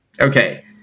Okay